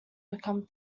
become